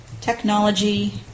technology